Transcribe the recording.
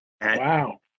Wow